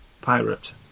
pirate